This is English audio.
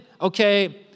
okay